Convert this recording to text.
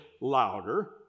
louder